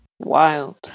wild